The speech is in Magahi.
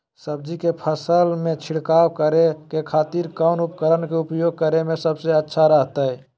सब्जी के फसल में छिड़काव करे के खातिर कौन उपकरण के उपयोग करें में सबसे अच्छा रहतय?